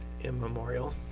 immemorial